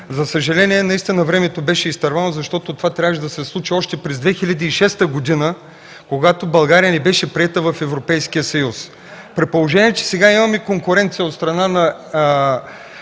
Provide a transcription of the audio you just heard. За съжаление, наистина времето беше изтървано. Това трябваше да се случи още през 2006 г., когато България не беше приета в Европейския съюз. При положение, че сега имаме конкуренция от страна на